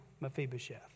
Mephibosheth